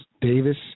Davis